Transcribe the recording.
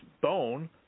Bone